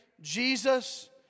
Jesus